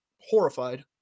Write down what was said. horrified